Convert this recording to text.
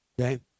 Okay